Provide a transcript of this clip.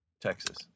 Texas